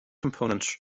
components